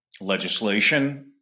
legislation